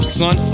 son